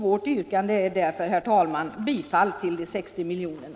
Vårt yrkande är därför, herr talman, bifall till förslaget om de 60 miljonerna.